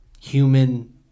human